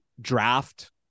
draft